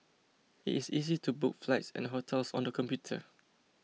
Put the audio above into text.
it is easy to book flights and hotels on the computer